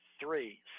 three